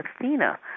Athena